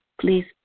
please